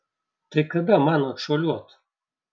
tai kada man atšuoliuot